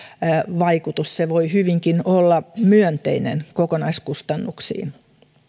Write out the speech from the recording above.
se voi hyvinkin olla myönteinen kokonaiskustannuksiin